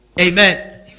Amen